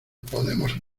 podemos